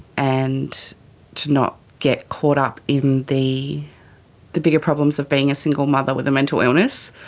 and to not get caught up in the the bigger problems of being a single mother with a mental illness,